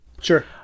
sure